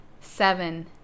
seven